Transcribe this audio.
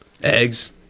Eggs